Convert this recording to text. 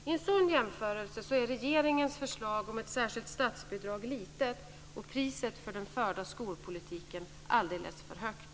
I en sådan jämförelse är regeringens förslag om särskilt statsbidrag litet och priset för den förda skolpolitiken alldeles för högt.